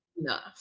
enough